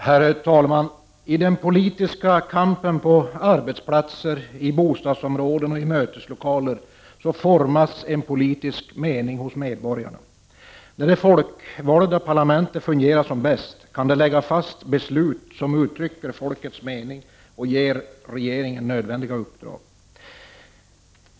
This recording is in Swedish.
Herr talman! I den politiska kampen på arbetsplatser, i bostadsområden och i möteslokaler formas en politisk mening hos medborgarna. När det folkvalda parlamentet fungerar som bäst kan det lägga fast beslut som uttrycker folkets mening och ger regeringen nödvändiga uppdrag.